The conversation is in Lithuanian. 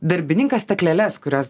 darbininką stakles kurios